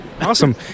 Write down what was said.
Awesome